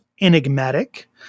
enigmatic